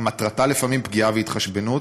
שמטרתה לפעמים פגיעה והתחשבנות.